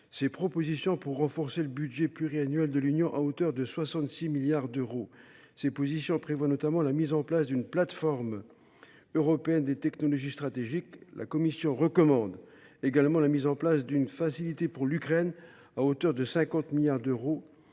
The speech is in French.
ses propositions pour renforcer le budget pluriannuel de l’Union à hauteur de 66 milliards d’euros. Celles ci prévoient notamment la mise en place d’une plateforme européenne des technologies stratégiques. La Commission recommande également la mise en place d’une facilité pour l’Ukraine, à hauteur de 50 milliards d’euros,